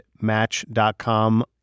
Match.com